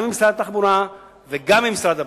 עם משרד התחבורה וגם עם משרד הבריאות.